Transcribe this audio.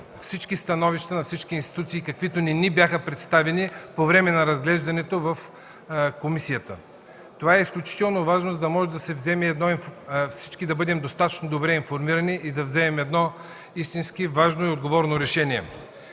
имаме становищата на всички институции, каквито не ни бяха представени по време на разглеждането в комисията. Това е изключително важно, за да може да бъдем достатъчно добре информирани и да вземем едно истински важно и отговорно решение.